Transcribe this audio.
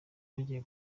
bagiye